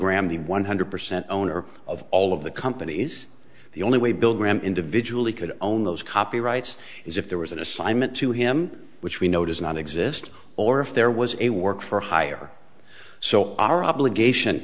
the one hundred percent owner of all of the companies the only way bill graham individually could own those copyrights is if there was an assignment to him which we know does not exist or if there was a work for hire so our obligation